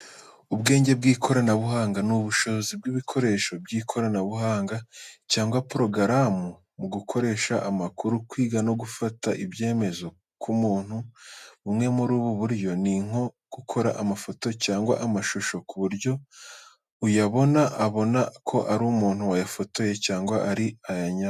Ubwenge bw'ikoranabuhanga ni ubushobozi bw'ibikoresho by'ikoranabuhanga cyangwa porogaramu mu gukoresha amakuru, kwiga no gufata ibyemezo nk'umuntu. Bumwe muri ubu buryo ni nko gukora amafoto cyangwa amashusho ku buryo uyabona abona ko ari umuntu wayafotoye cyangwa ari ayanyayo.